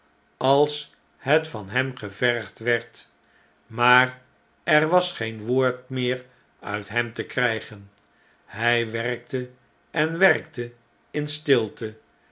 als het van hem gevergd werd maar er was geen woord meer uit hem te krjjgen hy werkte en werkte in stilte